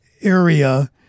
area